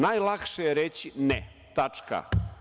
Najlakše je reći – ne, tačka.